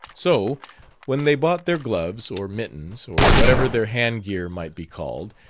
so when they bought their gloves, or mittens, or whatever their handgear might be called,